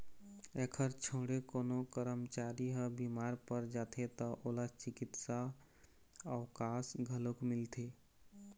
एखर छोड़े कोनो करमचारी ह बिमार पर जाथे त ओला चिकित्सा अवकास घलोक मिलथे